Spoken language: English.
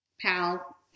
Pal